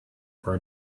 for